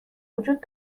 وجود